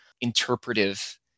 interpretive